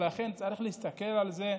ולכן צריך להסתכל על זה,